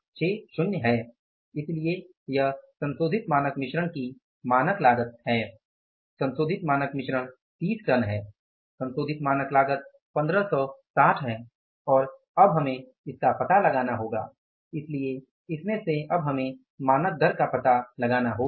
1560 है इसलिए यह संशोधित मानक मिश्रण की मानक लागत है संशोधित मानक मिश्रण 30 टन है संशोधित मानक लागत 1560 है और अब हमें इसका पता लगाना होगा इसलिए इसमें से अब हमें मानक दर का पता लगाना होगा